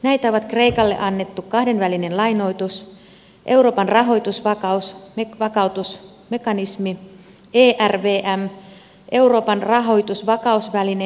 näitä ovat kreikalle annettu kahdenvälinen lainoitus euroopan rahoituksenvakautusmekanismi jäljempänä ervm ja euroopan rahoitusvakausväline jäljempänä ervv